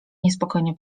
niespokojnie